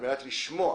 כדי לשמוע